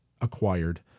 acquired